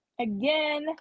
again